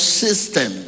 system